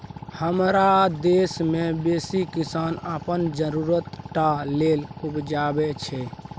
हमरा देश मे बेसी किसान अपन जरुरत टा लेल उपजाबै छै